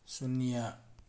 ꯁꯨꯅ꯭ꯌꯥ